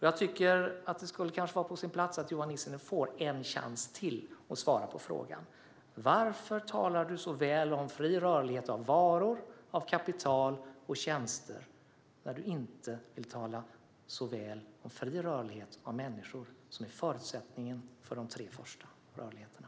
Jag tycker att det är på sin plats att Johan Nissinen får en chans till att svara på frågan: Varför talar du så väl om fri rörlighet för varor, kapital och tjänster när du inte vill tala så väl om fri rörlighet för människor, som är förutsättningen för de tre första rörligheterna?